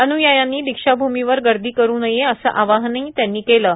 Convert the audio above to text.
अन्यायांनी दीक्षाभूमीवर गर्दी करु नये असे आवाहनही त्यांनी केले आहे